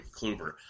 Kluber